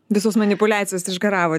visos manipuliacijos išgaravo